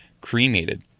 cremated